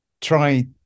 try